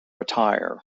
attire